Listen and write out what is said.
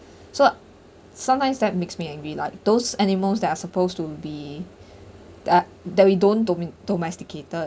so sometimes that makes me angry like those animals that are supposed to be that we don't domesticated